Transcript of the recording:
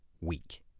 weak